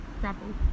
Gravel